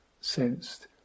sensed